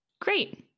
Great